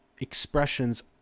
expressions